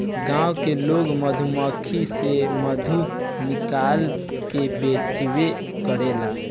गाँव के लोग मधुमक्खी से मधु निकाल के बेचबो करेला